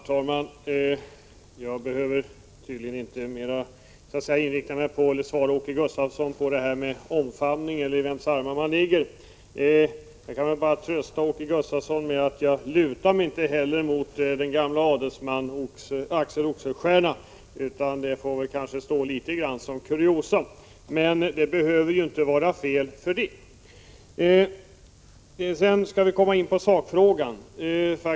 Herr talman! Jag behöver tydligen inte inrikta mig på att svara Åke Gustavsson på det här med omfamningen -— eller i vems armar man ligger. Jag kan bara trösta Åke Gustavsson med att jag inte heller lutar mig mot den gamle adelsmannen Axel Oxenstierna. Det får väl betraktas som kuriosa — men det behöver ju inte vara fel för det. Sedan skall vi komma in på sakfrågan.